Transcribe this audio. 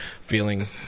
feeling